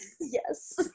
yes